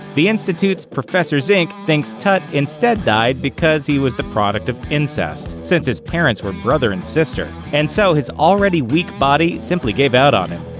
the institute's professor zink thinks tut instead died because he was the product of incest since his parents were brother and sister and so his already-weak body simply gave out on him.